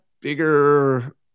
bigger